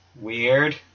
weird